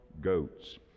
goats